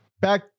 Back